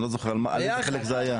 אני כבר לא זוכר על איזה חלק זה היה.